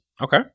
Okay